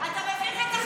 אתה מביך.